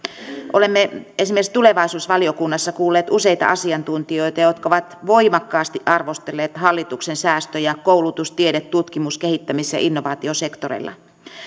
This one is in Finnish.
olemme esimerkiksi tulevaisuusvaliokunnassa kuulleet useita asiantuntijoita jotka ovat voimakkaasti arvostelleet hallituksen säästöjä koulutus tiede tutkimus kehittämis ja innovaatiosektoreilla